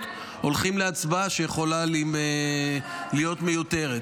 אנחנו הולכים להצבעה שיכולה להיות מיותרת.